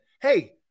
hey